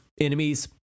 enemies